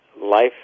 Life